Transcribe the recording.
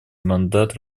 мандат